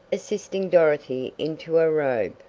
assisting dorothy into a robe.